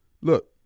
look